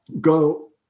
go